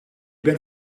ben